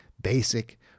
basic